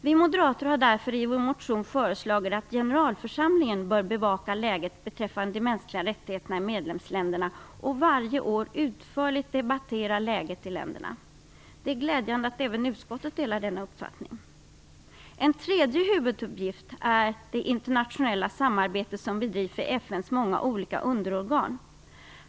Vi moderater har därför i vår motion föreslagit att generalförsamlingen bör bevaka läget beträffande de mänskliga rättigheterna i medlemsländerna och varje år utförligt debattera läget i länderna. Det är glädjande att även utskottet delar denna uppfattning. En tredje huvuduppgift är det internationella samarbete som bedrivs i FN:s många olika underorgan.